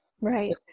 Right